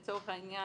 לצורך העניין,